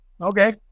Okay